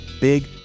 big